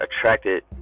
attracted